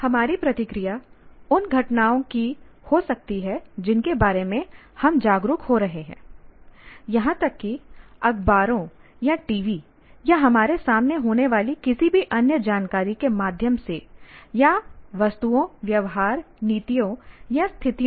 हमारी प्रतिक्रिया उन घटनाओं की हो सकती है जिनके बारे में हम जागरूक हो रहे हैं यहां तक कि अखबारों या टीवी या हमारे सामने होने वाली किसी भी अन्य जानकारी के माध्यम से या वस्तुओं व्यवहार नीतियों या स्थितियों से